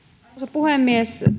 puhemies